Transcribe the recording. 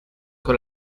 con